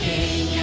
King